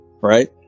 right